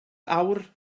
awr